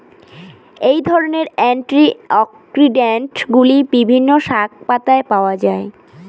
এই ধরনের অ্যান্টিঅক্সিড্যান্টগুলি বিভিন্ন শাকপাতায় পাওয়া য়ায়